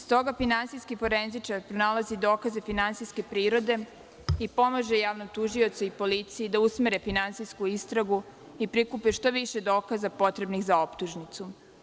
Stoga finansijski forenzičar pronalazi dokaze finansijske prirode i pomaže javnom tužiocu i policiji da usmere finansijsku istragu i prikupe što više dokaza potrebnih za optužnicu.